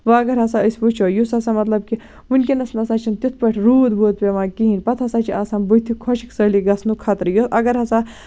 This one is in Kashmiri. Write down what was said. وۄنۍ اَگر ہسا أسۍ وٕچھو یُس ہسا مطلب کہِ وٕنکیٚنس ہسا چھُنہٕ تِتھ پٲٹھۍ روٗد ووٗد پیوان کِہینۍ پَتہٕ ہسا چھِ آسان بٔتھِ خۄشِک سٲلی گژھنُک خٔطرٕ یہِ اَگر ہسا